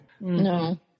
No